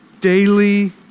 daily